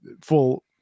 full